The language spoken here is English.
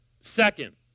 Second